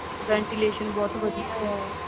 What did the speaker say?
ventilation ਬਹੁਤ ਵਧੀਆ ਆ